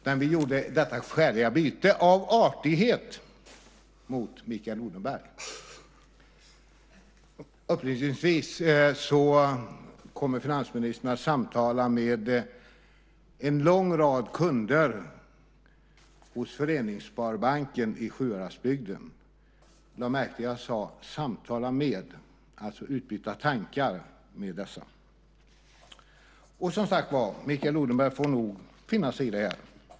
Men vi gjorde detta skäliga byte av artighet mot Mikael Odenberg. Upplysningsvis kommer finansministern att samtala med en lång rad kunder hos Föreningssparbanken i Sjuhäradsbygden. Lägg märke till att jag sade samtala med, alltså utbyta tankar med dessa. Som sagt var, Mikael Odenberg får nog finna sig i det här.